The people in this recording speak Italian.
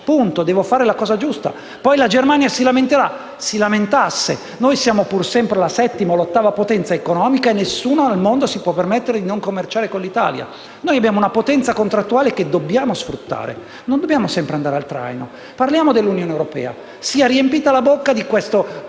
Devo fare la scelta giusta. Poi la Germania si lamenterà? Che si lamenti pure. Noi siamo pur sempre la settima o l'ottava potenza economica al mondo e nessuno al mondo può permettersi di non commerciare con l'Italia. Noi abbiamo una potenza contrattuale che dobbiamo sfruttare. Non dobbiamo sempre andare al traino. Parliamo dell'Unione europea, che si è riempita la bocca parlando